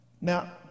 now